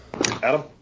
Adam